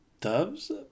doves